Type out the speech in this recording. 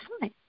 fine